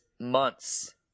months